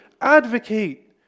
Advocate